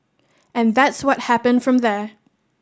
and that's what happened from there